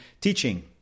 teaching